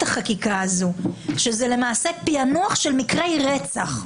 החקיקה הזאת שהיא למעשה פענוח של מקרי רצח,